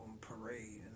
Parade